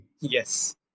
Yes